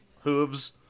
Hooves